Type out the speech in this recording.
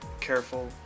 careful